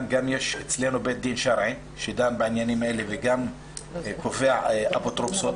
יש אצלנו גם בית דין שרעי שדן בעניינים האלה וגם קובע אפוטרופסות.